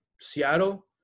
Seattle